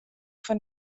fan